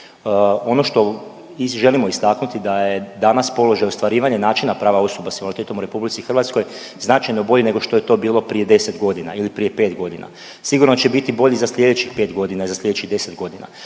Ono što želimo istaknuti da je danas položaj ostvarivanja i načina prava osoba s invaliditetom u RH značajno bolji nego što je to bilo prije 10 godina ili prije 5 godina. Sigurno će biti bolji za sljedećih 5 godina i za sljedećih 10 godina,